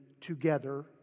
together